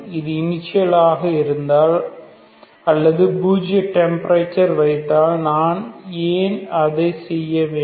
அது இனிஷியல் ஆக இருந்தால் அல்லது பூஜ்ய டெம்பரேச்சர் வைத்தால் நான் ஏன் அதை செய்ய வேண்டும்